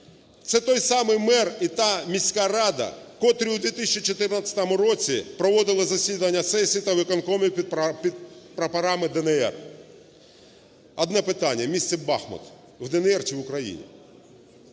Це той самий мер і та міська рада, котрі у 2014 році проводили засіданні сесії та виконкомів під прапорами "ДНР". Одне питання: містоБахмут в "ДНР" чи в Україні?